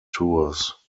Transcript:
tours